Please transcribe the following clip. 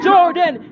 Jordan